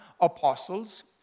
apostles